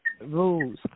rules